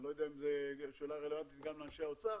אני לא יודע אם זו שאלה רלוונטית גם לאנשי האוצר,